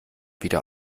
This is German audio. wieder